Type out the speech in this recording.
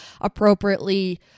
appropriately